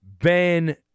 Ben